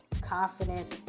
confidence